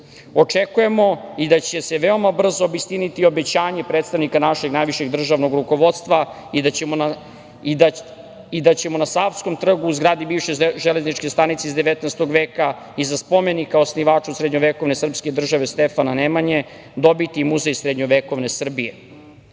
ulice. Očekujemo da će se vrlo brzo obistiniti obećanje predstavnika našeg najvišeg državnog rukovodstva i da ćemo na Savskom trgu u zgradi bivše železničke stanice iz 19. veka, iza spomenika osnivaču srednjovekovne srpske države Stefana Nemanje, dobiti muzej srednjovekovne Srbije. Zdušno